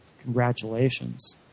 congratulations